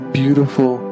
beautiful